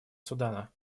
судана